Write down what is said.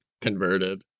converted